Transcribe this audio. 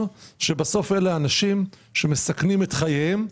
שבסוף אלה אנשים שמסכנים את חייהם,